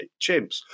chimps